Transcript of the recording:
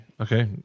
Okay